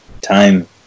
time